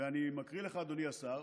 ואני מקריא לך, אדוני השר,